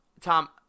Tom